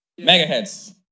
Megaheads